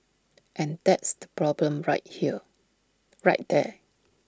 and that's the problem right here right there